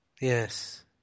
Yes